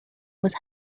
was